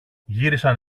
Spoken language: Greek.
γύρισαν